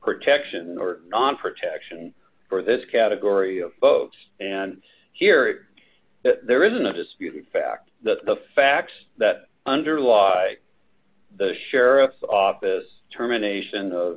protection or non protection for this category of folks and here there isn't a disputed fact that the facts that underlie the sheriff's office termination